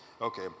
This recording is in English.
Okay